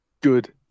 good